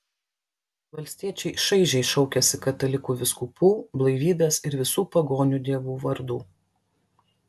valstiečiai šaižiai šaukiasi katalikų vyskupų blaivybės ir visų pagonių dievų vardų